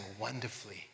wonderfully